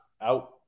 Out